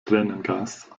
tränengas